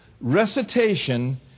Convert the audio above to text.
recitation